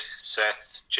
Seth